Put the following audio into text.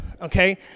okay